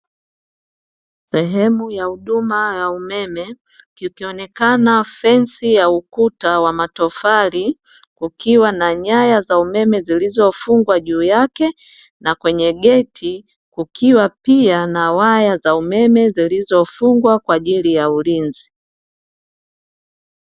Sehemu ya huduma ya umeme, ikionekana fensi ya ukuta wa matofali, ukiwa na nyaya za umeme zilizofungwa juu yake na kwenye geti kukiwa pia na waya za umeme zilizofungwa kwa ajili ya ulinzi.